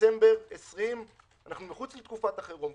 דצמבר 20. אנחנו מחוץ לתקופת החירום.